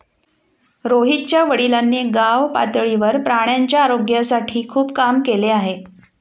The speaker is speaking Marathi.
रोहितच्या वडिलांनी गावपातळीवर प्राण्यांच्या आरोग्यासाठी खूप काम केले आहे